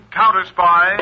counter-spy